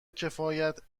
کفایت